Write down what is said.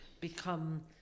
become